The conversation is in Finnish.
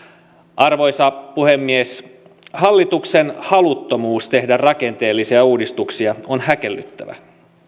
arvoisa puhemies hallituksen haluttomuus tehdä rakenteellisia uudistuksia on häkellyttävä